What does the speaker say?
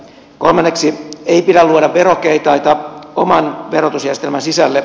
kolmanneksi ei pidä luoda verokeitaita oman verotusjärjestelmän sisälle